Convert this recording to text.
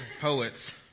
poets